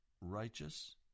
righteous